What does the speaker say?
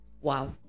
Wow